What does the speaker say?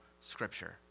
Scripture